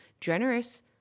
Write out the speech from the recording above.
generous